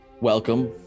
Welcome